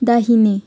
दाहिने